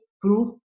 proof